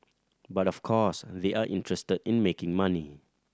but of course they are interested in making money